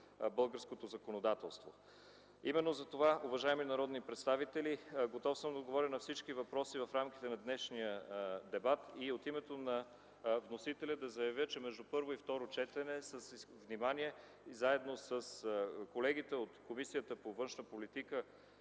българското законодателство. Именно затова, уважаеми народни представители, готов съм да отговоря на всички въпроси в рамките на днешния дебат и от името на вносителя да заявя, че между първо и второ четене с внимание, заедно с колегите от Комисията по външна политика